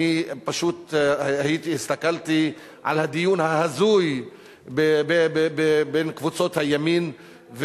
אני פשוט הסתכלתי על הדיון ההזוי בין קבוצות הימין,